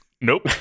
Nope